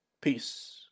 Peace